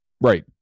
Right